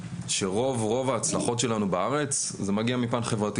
שרוב ההצלחות שלנו בארץ זה מגיע מפן חברתי